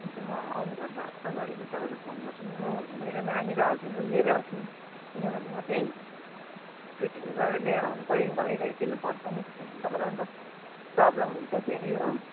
हुन्छ म आउनु भन्दा अगाडि म तपाईँलाई फोन गर्छु नि म मेरो नानी र हस्बेन्ड पनि लिएर आउँछु नि किनभने म त्यही फिटिङ गरेर लिएर आउनु पर्यो नि घरी घरी किन फर्काउनु तपाईँलाई त प्रब्लम हुन्छ फेरि हो